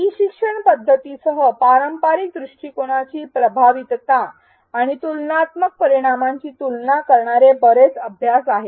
E शिक्षण पध्दतीसह पारंपारिक दृष्टिकोनाची प्रभावीतता आणि तुलनात्मक परिणामांची तुलना करणारे बरेच अभ्यास आहेत